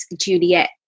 Juliet